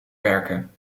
werken